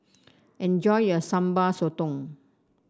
enjoy your Sambal Sotong